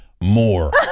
more